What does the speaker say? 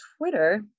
Twitter